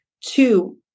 Two